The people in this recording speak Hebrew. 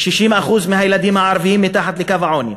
60% מהילדים הערבים מתחת לקו העוני,